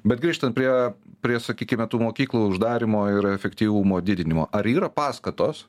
bet grįžtant prie prie sakykime tų mokyklų uždarymo ir efektyvumo didinimo ar yra paskatos